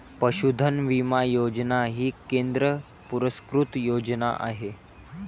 पशुधन विमा योजना ही केंद्र पुरस्कृत योजना आहे